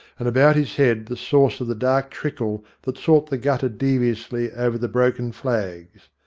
and about his head the source of the dark trickle that sought the gutter deviously over the broken flags.